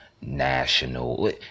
National